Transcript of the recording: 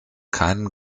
keinen